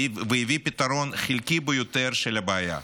והביא פתרון חלקי ביותר של הבעיה,